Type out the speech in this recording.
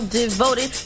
devoted